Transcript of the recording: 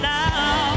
now